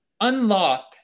unlock